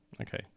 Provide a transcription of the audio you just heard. Okay